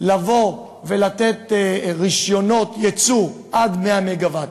לבוא ולתת רישיונות ייצוא עד 100 מגה-ואט,